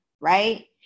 right